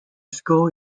school